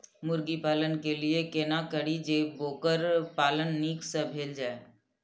मुर्गी पालन के लिए केना करी जे वोकर पालन नीक से भेल जाय?